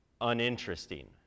uninteresting